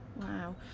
Wow